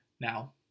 Now